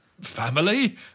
family